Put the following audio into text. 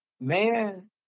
Man